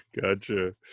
gotcha